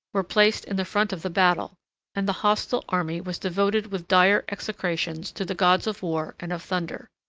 were placed in the front of the battle and the hostile army was devoted with dire execrations to the gods of war and of thunder.